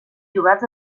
jugats